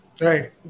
Right